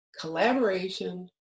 collaboration